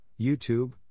YouTube